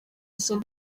izo